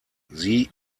sie